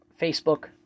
Facebook